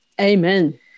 amen